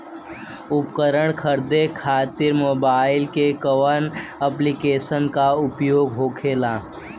उपकरण खरीदे खाते मोबाइल में कौन ऐप्लिकेशन का उपयोग होखेला?